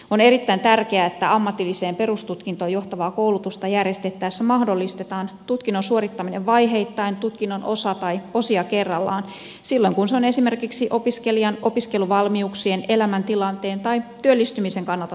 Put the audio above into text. on erittäin tärkeää että ammatilliseen perustutkintoon johtavaa koulutusta järjestettäessä mahdollistetaan tutkinnon suorittaminen vaiheittain tutkinnon osa tai osia kerrallaan silloin kun se on esimerkiksi opiskelijan opiskeluvalmiuksien elämäntilanteen tai työllistymisen kannalta tarkoituksenmukaista